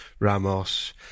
Ramos